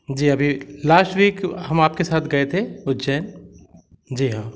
जी अभी last week हम आपके साथ गए थे उज्जैन जी हाँ